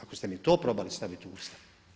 Ako ste mi to probali staviti u usta.